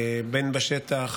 בין בשטח,